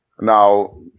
now